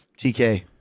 TK